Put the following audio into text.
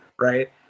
right